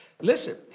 Listen